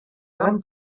gran